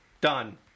done